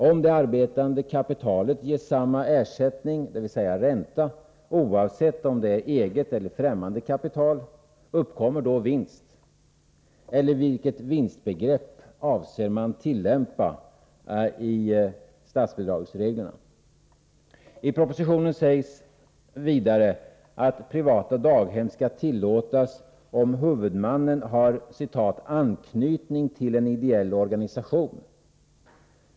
Om det arbetande kapitalet ges samma ersättning, dvs. ränta, oavsett om det är eget eller främmande kapital, uppkommer då vinst? Eller vilket vinstbegrepp avser man tillämpa i statsbidragsreglerna? I propositionen säges vidare, att privata daghem skall tillåtas om huvudmannen har ”anknytning till en ideell organisation”.